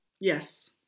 Yes